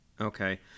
okay